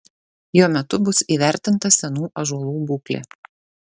jo metu bus įvertinta senų ąžuolų būklė